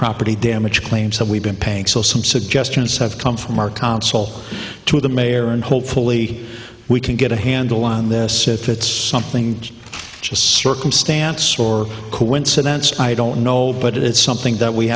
property damage claims that we've been paying so some suggestions have come from our council to the mayor and hopefully we can get a handle on this if it's something circumstance or coincidence i don't know but it's something that we